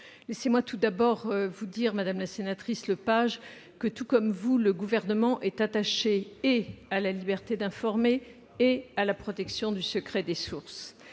Laissez-moi tout d'abord vous dire, madame Claudine Lepage, que, tout comme vous, le Gouvernement est attaché à la liberté d'informer et à la protection du secret des sources.